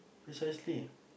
precisely